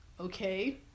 okay